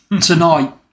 tonight